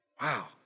Wow